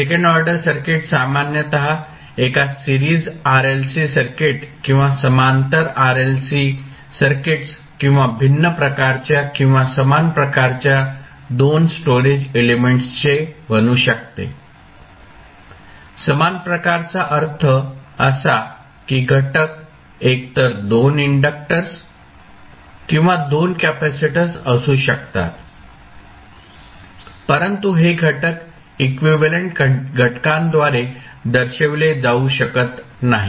second order circuit सामान्यत एका series RLC circuit किंवा समांतर RLC सर्किट्स किंवा भिन्न प्रकारच्या किंवा समान प्रकारच्या 2 स्टोरेज एलिमेंट्सचे बनू शकते समान प्रकाराचा अर्थ असा की घटक एकतर 2 इंडक्टर्स किंवा 2 कॅपेसिटर्स असू शकतात परंतु हे घटक इक्विव्हॅलेंट घटकांद्वारे दर्शविले जाऊ शकत नाहीत